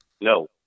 No